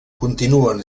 continuen